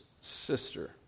sister